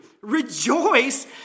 Rejoice